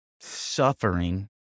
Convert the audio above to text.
suffering